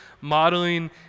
modeling